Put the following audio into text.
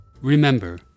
Remember